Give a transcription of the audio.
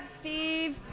Steve